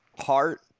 heart